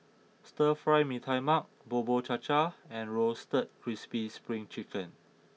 Stir Fry Mee Tai Mak Bubur Cha Cha and Roasted Crispy Spring Chicken